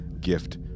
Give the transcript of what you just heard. gift